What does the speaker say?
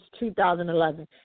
2011